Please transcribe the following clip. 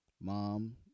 Mom